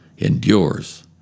endures